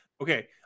okay